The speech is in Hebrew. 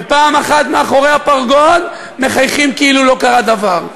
ופעם אחת מאחורי הפרגוד מחייכים כאילו לא קרה דבר.